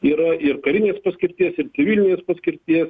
yra ir karinės paskirties ir civilinės paskirties